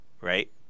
right